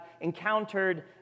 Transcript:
encountered